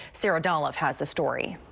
sarah dallof has the story.